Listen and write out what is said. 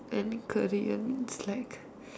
any career means like